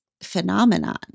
phenomenon